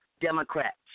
Democrats